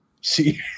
see